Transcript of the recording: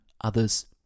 others